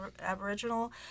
Aboriginal